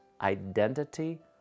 identity